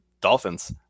dolphins